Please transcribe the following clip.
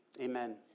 amen